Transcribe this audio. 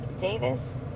Davis